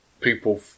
people